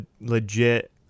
legit